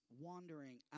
wandering